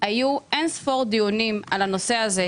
היו אין-ספור דיונים על הנושא הזה,